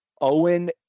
Owen